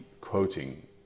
quoting